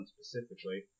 specifically